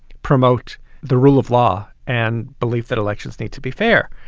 promote the rule of law and belief that elections need to be fair.